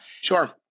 Sure